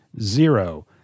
Zero